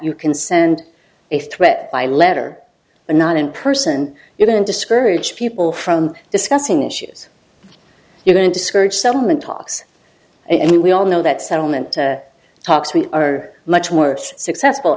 you can send a threat by letter but not in person you don't discourage people from discussing issues you don't discourage settlement talks and we all know that settlement talks we are much more successful